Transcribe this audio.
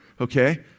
okay